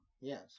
yes